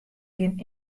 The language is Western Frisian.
gjin